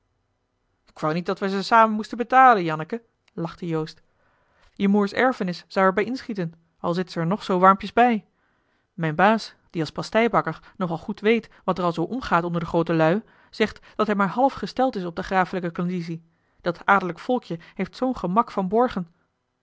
ik wou niet dat wij ze samen moesten betalen janneke lachte joost je moêr's erfenis zou er bij inschieten al zit ze er nog zoo warmpjes in mijn baas die als pasteibakker nogal goed weet wat er al zoo omgaat onder de groote luî zegt dat hij maar half gesteld is op de grafelijke klandizie dat adellijk volkje heeft zoo'n gemak van borgen